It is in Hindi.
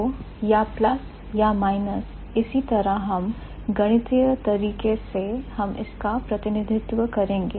तो या प्लस या माइनस इसी तरह हम गणितीय तरीके से हम इसका प्रतिनिधित्व करेंगे